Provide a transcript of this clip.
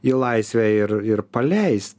į laisvę ir ir paleist